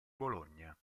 bologna